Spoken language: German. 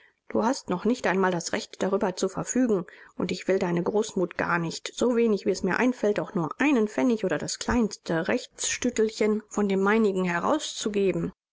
du hast noch nicht einmal das recht darüber zu verfügen und ich will auch deine großmut gar nicht so wenig wie es mir einfällt auch nur einen pfennig oder das kleinste rechtstüttelchen von dem meinigen herauszugeben